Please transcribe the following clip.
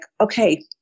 okay